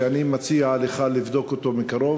שאני מציע לך לבדוק אותו מקרוב.